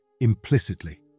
implicitly